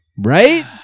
Right